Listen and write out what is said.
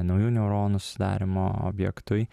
naujų neuronų susidarymo objektui